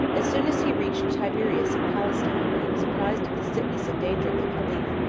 as soon as he reached tiberias in palestine, he was apprised of the sickness and danger of the caliph,